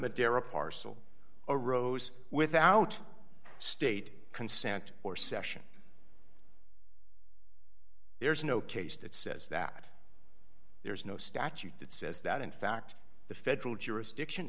dare a parcel a rose without state consent or session there is no case that says that there is no statute that says that in fact the federal jurisdiction